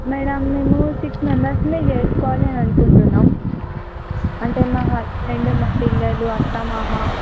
madam మేము six మెంబర్స్ని చేసుకోవాలి అని అనుకుంటున్నాం అంటే నా హస్బెండ్ మా పిల్లలు అత్త మామ